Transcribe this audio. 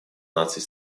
наций